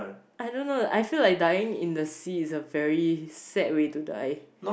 I don't know I feel like dying in the sea is a very sad way to die